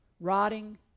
rotting